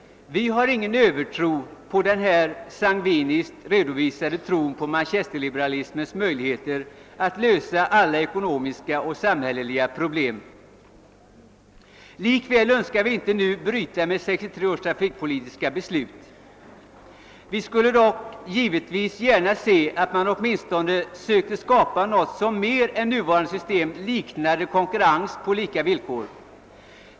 Vi har ingen övertro på den här sangviniskt redovisade tron på manchesterliberalismens möjligheter att lösa alla ekonomiska och sämhälleliga problem. Likväl önskar vi nu inte bryta med 1963 års trafikpolitiska beslut. Vi skulle dock givetvis gärna se att man åtminstone sökte skapa något som mer än nuvarande system liknade konkurrens på lika villkor.